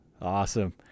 awesome